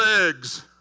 eggs